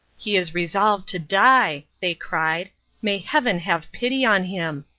he is resolved to die! they cried may heaven have pity on him!